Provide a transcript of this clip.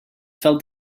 felt